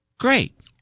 great